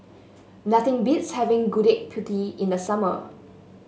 nothing beats having Gudeg Putih in the summer